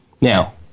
Now